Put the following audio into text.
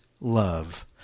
love